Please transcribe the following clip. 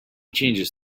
changes